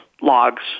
logs